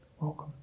Welcome